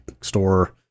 Store